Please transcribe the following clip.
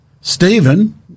Stephen